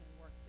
work